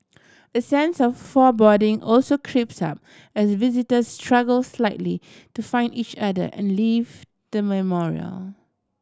a sense of foreboding also creeps up as visitors struggle slightly to find each other and leave the memorial